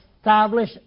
establish